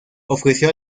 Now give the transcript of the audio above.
ofreció